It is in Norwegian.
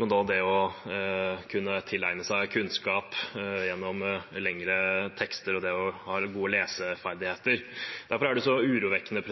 men også det å kunne tilegne seg kunnskap gjennom lengre tekster og det å ha gode leseferdigheter. Derfor er det så urovekkende